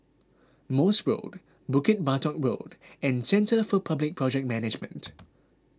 Morse Road Bukit Batok Road and Centre for Public Project Management